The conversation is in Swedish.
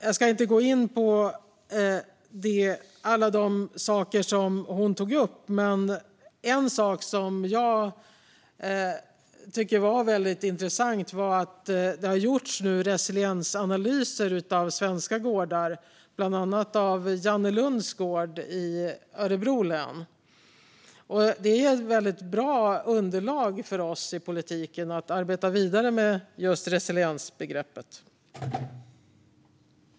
Jag ska inte gå in på alla de saker som hon tog upp, men en sak som jag tycker var väldigt intressant var att det nu har gjorts resiliensanalyser av svenska gårdar, bland annat av Jannelunds gård i Örebro län. Det ger ett bra underlag för oss i politiken när det gäller att arbeta vidare med resiliensbegreppet.